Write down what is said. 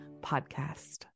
Podcast